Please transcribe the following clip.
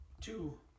two